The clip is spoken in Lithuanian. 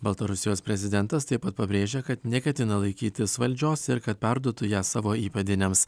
baltarusijos prezidentas taip pat pabrėžia kad neketina laikytis valdžios ir kad perduotų ją savo įpėdiniams